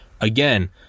again